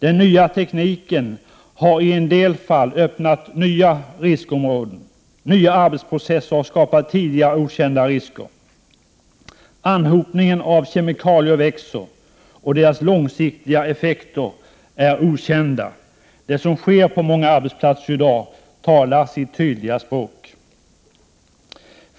Den nya tekniken har i en del fall öppnat nya riskområden, och nya arbetsprocesser har skapat tidigare okända risker. Anhopningen av kemikalier växer, och deras långsiktiga effekter är okända. Det som sker på många arbetsplatser i dag talar sitt tydliga språk.